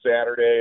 Saturday